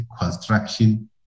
construction